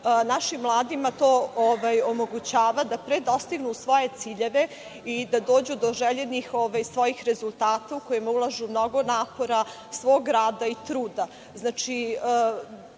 našim mladima to omogućava da pre dostignu svoje ciljeve i da dođu do željenih rezultata u koje ulažu mnogo napora, svog rada i truda.